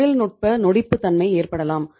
தொழில்நுட்ப நொடிப்பு தன்மை ஏற்படலாம்